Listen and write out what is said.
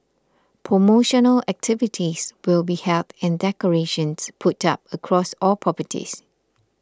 promotional activities will be held and decorations put up across all properties